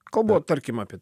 kalbu tarkim apie